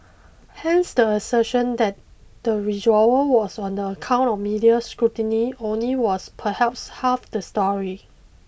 hence the assertion that the withdrawal was on the account of media scrutiny only was perhaps half the story